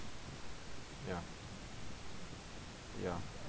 ya ya